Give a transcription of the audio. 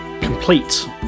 complete